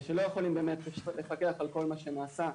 שלא יכולים באמת לפקח על כל מה שנעשה.